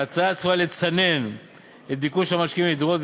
ההצעה צפויה לצנן את ביקוש המשקיעים לדירות,